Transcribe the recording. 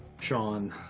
Sean